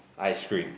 ice cream